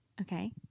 Okay